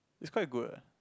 it's quite good eh